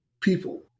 people